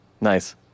Nice